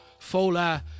Fola